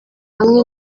hamwe